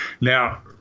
Now